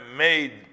made